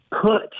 put